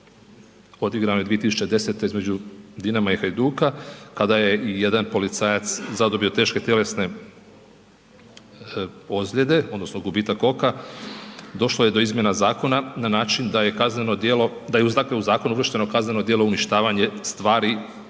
odigranoj 2010. između Dinama i Hajduka kada je i jedan policajac zadobio teške tjelesne ozljede odnosno gubitak oka, došlo je izmjena zakona na način da je kazneno djelo, da je dakle u zakonu uvršteno kazneno djelo uništavanje stvari i imovine,